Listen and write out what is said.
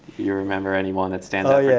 you remember any one that stands out yeah